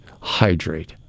hydrate